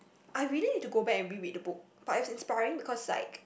I really need to go back and reread the book but it's inspiring because like